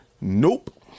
Nope